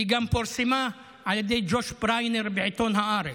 היא גם פורסמה על ידי ג'וש בריינר בעיתון הארץ.